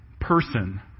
person